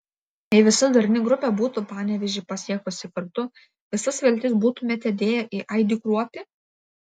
jei visa darni grupė būtų panevėžį pasiekusi kartu visas viltis būtumėte dėję į aidį kruopį